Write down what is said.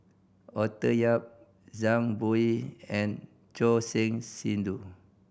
Arthur Yap Zhang Bohe and Choor Singh Sidhu